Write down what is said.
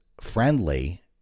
friendly